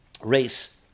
race